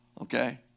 okay